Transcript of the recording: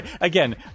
Again